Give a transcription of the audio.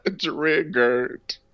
Triggered